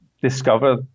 Discover